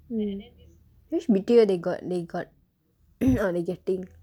which B_T_O they got they got they getting